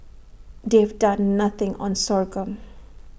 they've done nothing on sorghum